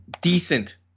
decent